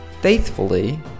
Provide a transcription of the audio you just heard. faithfully